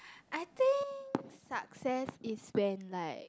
I think success is when like